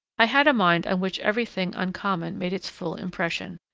i had a mind on which every thing uncommon made its full impression,